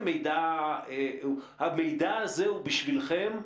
המידע הזה הוא בשבילכם,